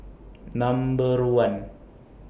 Number one